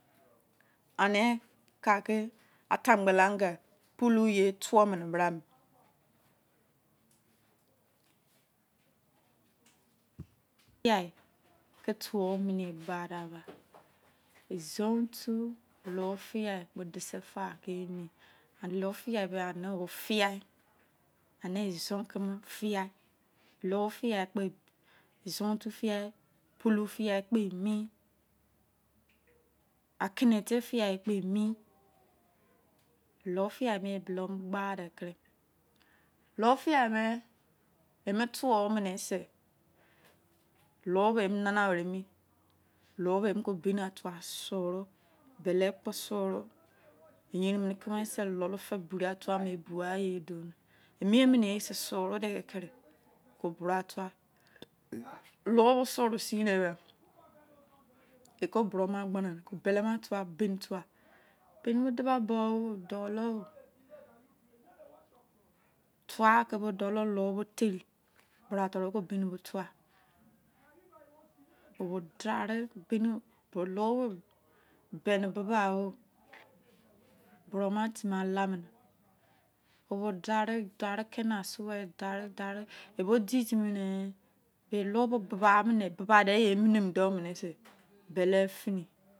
Ane-ka-ke atagbalaga pu-lu ya tho menu bra-me fia ke tho mene sba da-be izon- tu loi fia kpo dise da, loi fia-me enene o-fia izon-keme fia loi fia kpo izontu fia po-lu fia kpe emi akimitu fia kpe emi lor fia buru gba de-ke loi fia me-tho mene sei, lor bo enana were mie, loi ke bini doua suru, bele kpo suru yerin keme si lole fei biri ka fua kumu ebugha ye dor emie ne ye sei suru, ke bure tha, loi bo suru ser na beh e buru gbame-ne bino tha bini duba bu-oh dulo, boho loi ri dohi bihi ke eua-bo-dari tor-bo be-ne buba o buru timo la-mene, bo-dare ker ne suo, ebo di gi mi ne me-loi bo-buba mene, emimi'do-mene-sei, bufefu